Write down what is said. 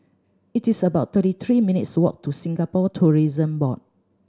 it's about thirty three minutes' walk to Singapore Tourism Board